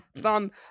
done